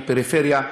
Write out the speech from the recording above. בפריפריה,